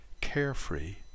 carefree